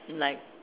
like